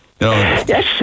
yes